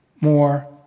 more